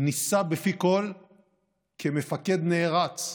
נישא בפי כול כמפקד נערץ,